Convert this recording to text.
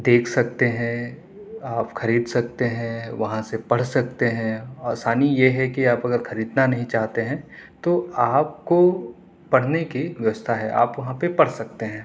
دیکھ سکتے ہیں آپ خرید سکتے ہیں وہاں سے پڑھ سکتے ہیں آسانی یہ ہے کہ آپ اگر خریدنا نہیں چاہتے ہیں تو آپ کو پڑھنے کی ویوستھا ہے آپ وہاں پہ پڑھ سکتے ہیں